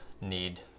need